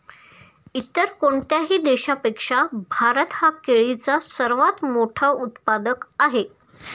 इतर कोणत्याही देशापेक्षा भारत हा केळीचा सर्वात मोठा उत्पादक आहे